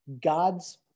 God's